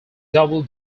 double